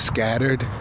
Scattered